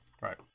right